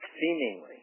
seemingly